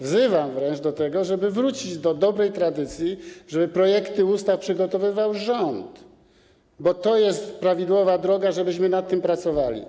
Wzywam wręcz do tego, żeby wrócić do dobrej tradycji, żeby projekty ustaw przygotowywał rząd, bo to jest prawidłowa droga, żebyśmy nad tym pracowali.